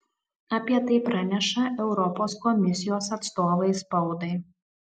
apie tai praneša europos komisijos atstovai spaudai